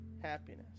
Happiness